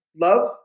love